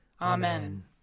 Amen